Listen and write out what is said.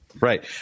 Right